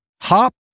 Hop